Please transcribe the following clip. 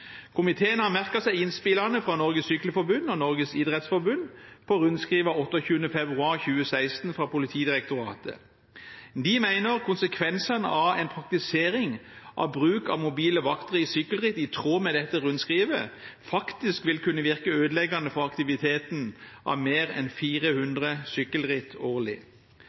Komiteen har merket seg innspillene fra Norges Cykleforbund og Norges idrettsforbund på rundskriv av 28. februar 2016 fra Politidirektoratet. De mener konsekvensene av en praktisering av bruk av mobile vakter i sykkelritt i tråd med dette rundskrivet faktisk vil kunne virke ødeleggende for aktiviteten for mer enn 400 sykkelritt årlig.